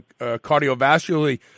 cardiovascularly